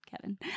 Kevin